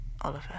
Oliver